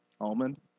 Almond